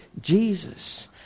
Jesus